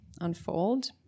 unfold